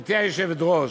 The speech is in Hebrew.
גברתי היושבת-ראש,